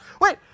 Wait